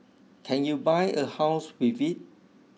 can you buy a house with it